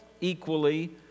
equally